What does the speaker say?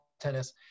tennis